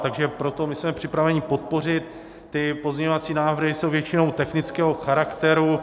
Takže proto my jsme připraveni podpořit ty pozměňovací návrhy, jsou většinou technického charakteru.